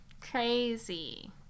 Crazy